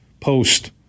post